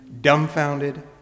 dumbfounded